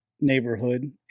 neighborhood